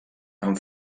amb